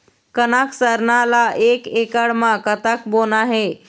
कनक सरना ला एक एकड़ म कतक बोना हे?